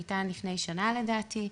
ניתן לפני שנה לדעתי,